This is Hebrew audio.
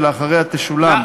שלאחריה תשולם,